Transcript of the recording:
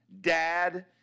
Dad